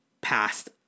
past